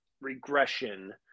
regression